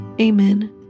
Amen